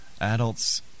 adults